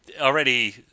already